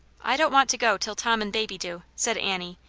i don't want to go till tom and baby do, said annie,